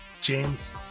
james